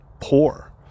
poor